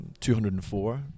204